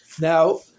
Now